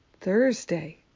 Thursday